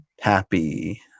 happy